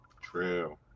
True